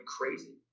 crazy